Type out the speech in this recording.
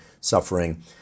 suffering